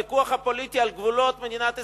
הוויכוח הפוליטי על גבולות מדינת ישראל,